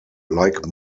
like